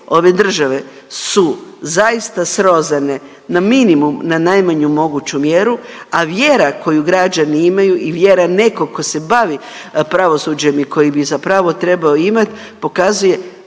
ove države su zaista srozane na minimum, na najmanju moguću mjeru, a vjera koju građani imaju i vjera nekog tko se bavi pravosuđem i koji bi zapravo trebao imat pokazuje